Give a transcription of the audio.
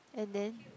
and then